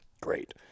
Great